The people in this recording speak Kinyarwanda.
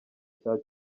cya